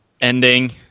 ending